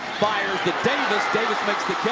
fires to davis. davis makes the